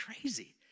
crazy